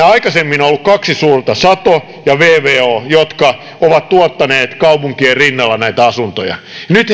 aikaisemmin on ollut kaksi suurta sato ja vvo jotka ovat tuottaneet kaupunkien rinnalla näitä asuntoja nyt